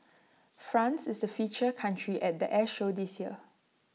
France is the feature country at the air show this year